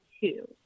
two